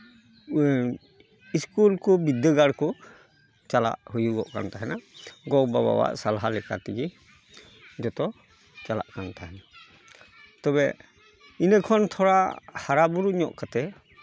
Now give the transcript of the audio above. school ᱠᱚ ᱵᱤᱫᱽᱫᱟᱹᱜᱟᱲ ᱠᱚ ᱪᱟᱞᱟᱜ ᱦᱩᱭᱩᱜᱚᱜ ᱠᱟᱱ ᱛᱟᱦᱮᱱᱟ ᱜᱚᱼᱵᱟᱵᱟᱣᱟᱜ ᱥᱟᱞᱦᱟ ᱞᱮᱠᱟ ᱛᱮᱜᱮ ᱡᱚᱛᱚ ᱪᱟᱞᱟᱜ ᱠᱟᱱ ᱛᱟᱦᱮᱱᱟ ᱛᱚᱵᱮ ᱤᱱᱟᱹ ᱠᱷᱚᱱ ᱛᱷᱚᱲᱟ ᱦᱟᱨᱟ ᱵᱩᱨᱩ ᱧᱚᱜ ᱠᱟᱛᱮᱫ